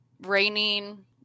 raining